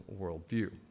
worldview